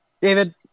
David